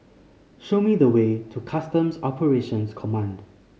show me the way to Customs Operations Command